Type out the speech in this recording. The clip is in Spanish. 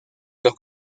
dos